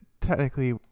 technically